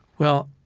well,